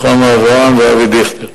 רוחמה אברהם ואבי דיכטר.